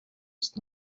ist